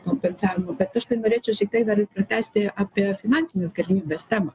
kompensavimo bet aš tai norėčiau šiek tiek dar ir pratęsti apie finansinės galimybės temą